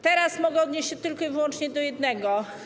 Teraz mogę odnieść się tylko i wyłącznie do jednego.